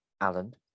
Alan